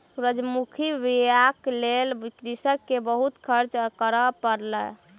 सूरजमुखी बीयाक लेल कृषक के बहुत खर्च करअ पड़ल